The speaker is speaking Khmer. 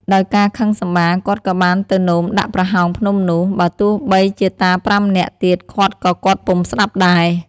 ដោយការខឹងសម្បារ គាត់ក៏បានទៅនោមដាក់ប្រហោងភ្នំនោះ បើទោះបីជាតា៥នាក់ទៀតឃាត់ក៏គាត់ពុំស្តាប់ដែរ។